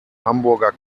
hamburger